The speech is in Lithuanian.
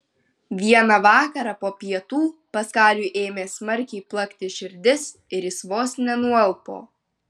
vieną vakarą po pietų paskaliui ėmė smarkiai plakti širdis ir jis vos nenualpo